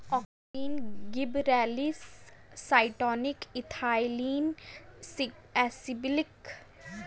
auxin, gibberellins, cytokinin, ethylene, abscisic acid का उपयोग फलों के उत्पादन में होता है